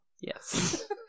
Yes